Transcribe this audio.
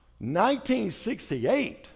1968